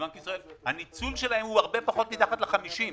הניצול שלהם הרבה מתחת ל-50%.